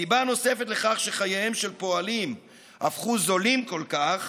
סיבה נוספת לכך שחייהם של פועלים הפכו זולים כל כך